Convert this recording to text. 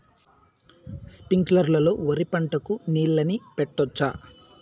స్ప్రింక్లర్లు లో వరి పంటకు నీళ్ళని పెట్టొచ్చా?